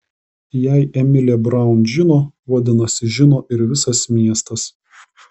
jei emilė braun žino vadinasi žino ir visas miestas